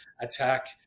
attack